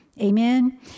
Amen